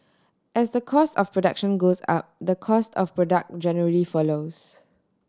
as the cost of production goes up the cost of product generally follows